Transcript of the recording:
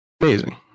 Amazing